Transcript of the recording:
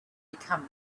become